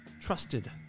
trusted